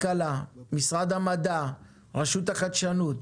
רשות החדשנות,